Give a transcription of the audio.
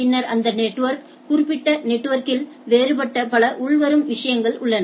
பின்னர் அந்த குறிப்பிட்ட நெட்வொர்க்கில் வேறுபட்ட பல உள்வரும் விஷயங்கள் உள்ளன